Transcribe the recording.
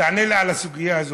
תענה לי על הסוגיה הזו,